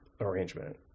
arrangement